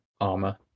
armor